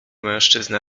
mężczyznę